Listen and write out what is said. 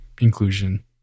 inclusion